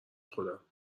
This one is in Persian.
خودم